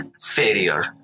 failure